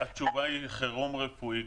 התשובה היא חירום רפואי,